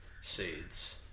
seeds